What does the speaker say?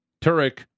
Turek